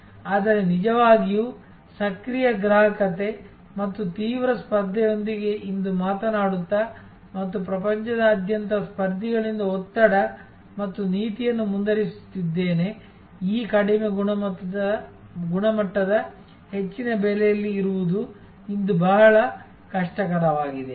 ಆದರೆ ನಿಜವಾಗಿಯೂ ಸಕ್ರಿಯ ಗ್ರಾಹಕತೆ ಮತ್ತು ತೀವ್ರ ಸ್ಪರ್ಧೆಯೊಂದಿಗೆ ಇಂದು ಮಾತನಾಡುತ್ತಾ ಮತ್ತು ಪ್ರಪಂಚದಾದ್ಯಂತದ ಸ್ಪರ್ಧಿಗಳಿಂದ ಒತ್ತಡ ಮತ್ತು ನೀತಿಯನ್ನು ಮುಂದುವರೆಸುತ್ತಿದ್ದೇನೆ ಈ ಕಡಿಮೆ ಗುಣಮಟ್ಟದ ಹೆಚ್ಚಿನ ಬೆಲೆಯಲ್ಲಿ ಇರುವುದು ಇಂದು ಬಹಳ ಕಷ್ಟಕರವಾಗಿದೆ